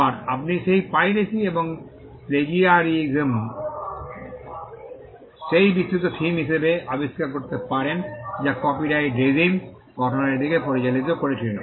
আবার আপনি সেই পাইরেসি এবং প্লেজিয়ারিসম কে সেই বিস্তৃত থিম হিসাবে আবিষ্কার করতে পারেন যা কপিরাইট রেজিম গঠনের দিকে পরিচালিত করেছিল